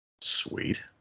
Sweet